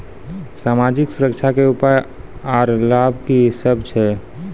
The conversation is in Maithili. समाजिक सुरक्षा के उपाय आर लाभ की सभ छै?